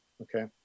Okay